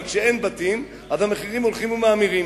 אבל כשאין בתים המחירים הולכים ומאמירים.